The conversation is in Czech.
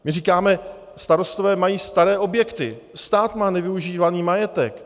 My říkáme: starostové mají staré objekty, stát má nevyužívaný majetek.